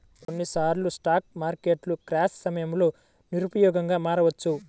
కొన్నిసార్లు స్టాక్ మార్కెట్లు క్రాష్ సమయంలో నిరుపయోగంగా మారవచ్చు